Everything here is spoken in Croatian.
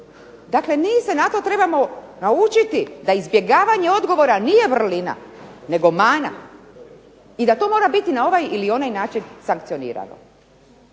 Dakle, mi se na to trebamo naučiti da izbjegavanje odgovora nije vrlina nego mana i da to mora biti na ovaj ili onaj način sankcionirano.